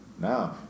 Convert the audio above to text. now